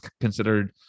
considered